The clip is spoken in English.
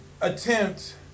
attempt